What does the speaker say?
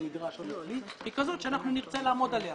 נדרש הון עצמי היא כזאת שאנחנו נרצה לעמוד עליה.